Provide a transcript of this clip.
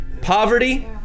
Poverty